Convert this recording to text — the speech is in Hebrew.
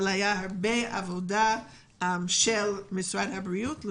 אבל הייתה הרבה עבודה של משרד הבריאות כדי